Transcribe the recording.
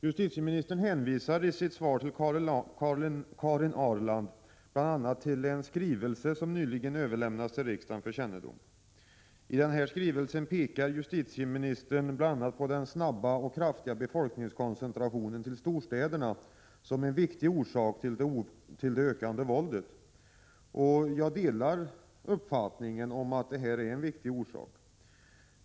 Justitieministern hänvisar i sitt svar till Karin Ahrland bl.a. till en skrivelse som nyligen överlämnats till riksdagen för kännedom. I denna skrivelse pekar justitieministern på den snabba och kraftiga befolkningskoncentrationen till storstäderna som en viktig orsak till det ökande våldet. Jag delar uppfattningen att detta är en viktig orsak.